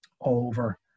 over